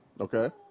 Okay